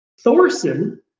Thorson